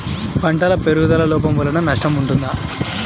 పంటల పెరుగుదల లోపం వలన నష్టము ఉంటుందా?